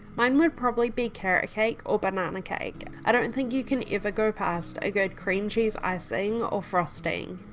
mine would probably be carrot cake or banana cake, i don't and think you can ever go past a good cream cheese icing or frosting.